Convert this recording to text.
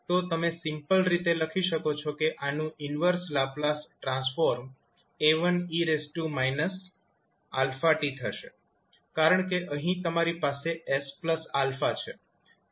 તો તમે સિમ્પલ રીતે લખી શકો છો કે આનું ઈન્વર્સ લાપ્લાસ ટ્રાન્સફોર્મ 𝐴1𝑒−𝛼𝑡 થશે કારણ કે અહીં તમારી પાસે 𝑠𝛼 છે